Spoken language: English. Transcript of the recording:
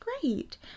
great